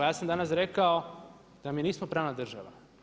Ja sam danas rekao da mi nismo pravna država.